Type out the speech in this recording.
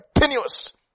Continuous